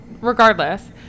Regardless